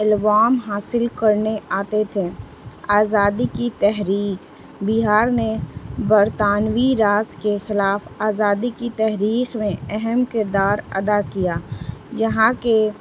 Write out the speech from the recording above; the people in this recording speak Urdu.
اللوام حاصل کرنے آتے تھے آزادی کی تحریک بہار نے برطانوی راز کے خلاف آزادی کی تحریخ میں اہم کردار ادا کیا یہاں کے